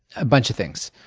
a bunch of things.